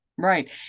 Right